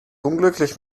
unglücklich